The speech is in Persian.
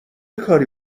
کاری